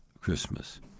Christmas